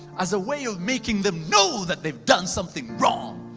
as a way of making them know that they've done something wrong.